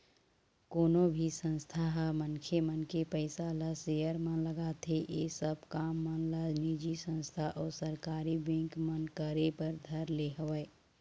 कोनो भी संस्था ह मनखे मन के पइसा ल सेयर म लगाथे ऐ सब काम मन ला निजी संस्था अऊ सरकारी बेंक मन करे बर धर ले हवय